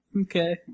Okay